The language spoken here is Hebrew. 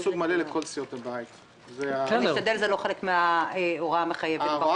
חלק מהדברים כבר שולמו.